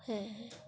হ্যাঁ হ্যাঁ